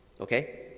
okay